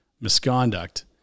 misconduct